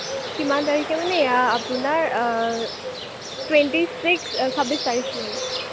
কিমান তাৰিখে মানে এইয়া আপোনাৰ টুৱেণ্টি চিক্স চাব্বিশ তাৰিখ মানে